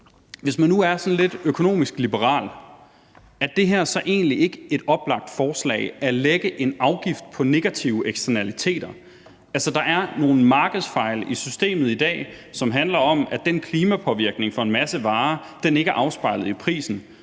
Hvis man nu er sådan lidt økonomisk-liberal, er det her så egentlig ikke et oplagt forslag, altså at lægge en afgift på negative eksternaliteter. Der er nogle markedsfejl i systemet i dag, som handler om, at klimapåvirkningen for en masse varer ikke er afspejlet i prisen.